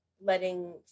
letting